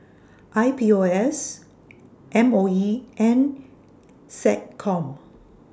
I P O S M O E and Seccom